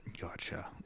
Gotcha